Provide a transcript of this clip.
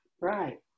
Right